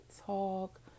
talk